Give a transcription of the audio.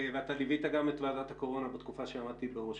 ואתה ליווית גם את ועדת הקורונה בתקופה שעמדתי בראשה.